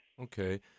Okay